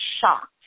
shocked